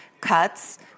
cuts